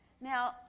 Now